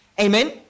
Amen